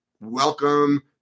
welcome